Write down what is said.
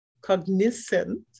cognizant